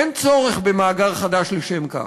אין צורך במאגר חדש לשם כך.